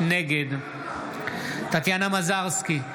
נגד טטיאנה מזרסקי,